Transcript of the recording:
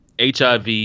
HIV